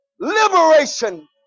Liberation